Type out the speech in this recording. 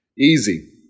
Easy